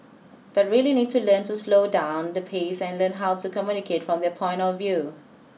but really need to learn to slow down the pace and learn how to communicate from their point of view